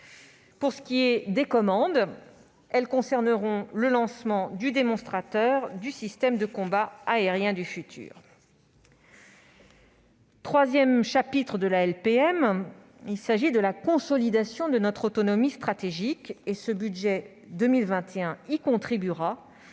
supplémentaire. Les commandes concerneront le lancement du démonstrateur du système de combat aérien du futur. Le troisième chapitre de la LPM concerne la consolidation de notre autonomie stratégique. Ce budget 2021 y contribuera,